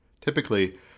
Typically